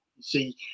See